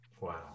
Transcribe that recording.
Wow